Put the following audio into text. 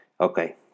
Okay